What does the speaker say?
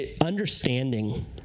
understanding